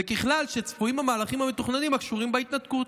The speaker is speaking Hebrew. וככל כשצפויים המהלכים המתוכננים הקשורים בהתנתקות".